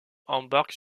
embarquent